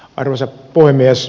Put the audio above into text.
arvoisa puhemies